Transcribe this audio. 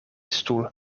stoel